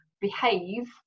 behave